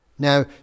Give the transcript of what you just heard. Now